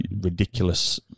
ridiculous